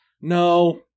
No